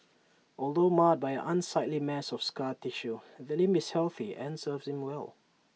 although marred by an unsightly mass of scar tissue the limb is healthy and serves him well